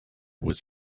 with